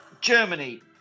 Germany